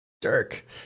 Dirk